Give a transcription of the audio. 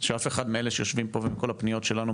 שאף אחד מאלה שיושבים פה ומכל הפניות שלנו,